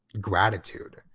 gratitude